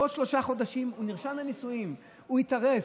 בעוד שלושה חודשים הוא נרשם לנישואין, הוא התארס,